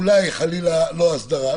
אולי חלילה לא הסדרה.